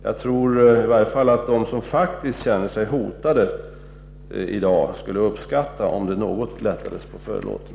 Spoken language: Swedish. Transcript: Jag tror att de som faktiskt känner sig hotade i dag skulle uppskatta om det lättades något på förlåten.